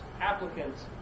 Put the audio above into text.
applicants